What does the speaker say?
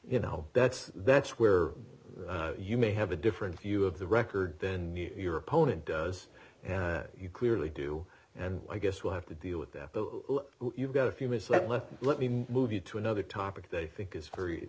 you know that's that's where you may have a different view of the record than your opponent does and you clearly do and i guess we'll have to deal with that you've got a few minutes let let let me move you to another topic they think is very